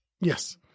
Yes